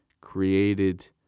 created